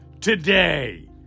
today